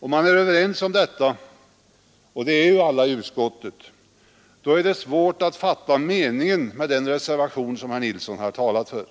Om man är överens om detta, och det är ju alla i utskottet, då är det svårt att fatta meningen med den reservation som herr Nilsson har talat för.